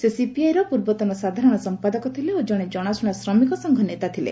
ସେ ସିପିଆଇର ପୂର୍ବତନ ସାଧାରଣ ସମ୍ପାଦକ ଥିଲେ ଓ ଜଣେ ଜଣାଶୁଣା ଶ୍ରମିକସଂଘ ନେତା ଥିଲେ